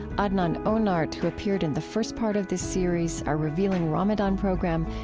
adnan onart who appeared in the first part of this series, our revealing ramadan program,